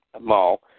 mall